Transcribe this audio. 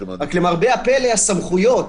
למרבה הפלא הסמכויות